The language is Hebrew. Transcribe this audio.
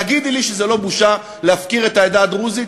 תגידי לי שזה לא בושה להפקיר את העדה הדרוזית